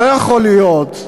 לא יכול להיות,